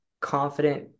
confident